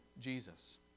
Jesus